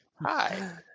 hi